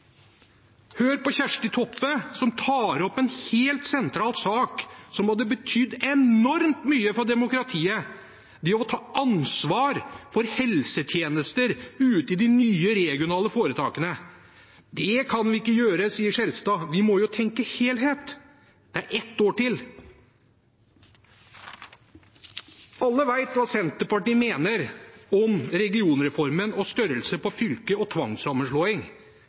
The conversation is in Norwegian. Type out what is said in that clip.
Hør på Kjersti Toppe, som tar opp en helt sentral sak som hadde betydd enormt mye for demokratiet – det å ta ansvar for helsetjenester i de nye regionale foretakene. Det kan vi ikke gjøre, sier Skjelstad – vi må jo tenke helhet. Det er ett år til. Alle vet hva Senterpartiet mener om regionreformen, om størrelse på fylker og om tvangssammenslåing.